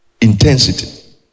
Intensity